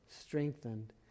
strengthened